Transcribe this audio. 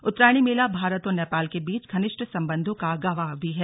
उत्तरायणी मेला भारत और नेपाल के बीच घनिष्ठ संबंधों का गवाह भी है